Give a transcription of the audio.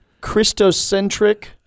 Christocentric